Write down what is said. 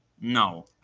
No